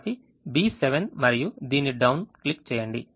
కాబట్టి B7 మరియు దీన్ని డౌన్ క్లిక్ చేయండి